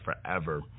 forever